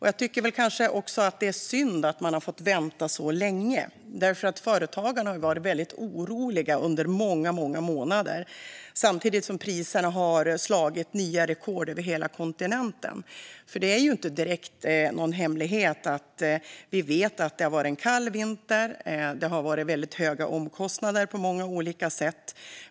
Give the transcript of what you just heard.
Jag tycker också att det är synd att man har fått vänta så länge. Företagarna har varit väldigt oroliga under många månader, samtidigt som priserna har slagit nya rekord över hela kontinenten. Det är nämligen inte någon direkt hemlighet att det har varit en kall vinter och att det har väldigt höga omkostnader på många olika sätt.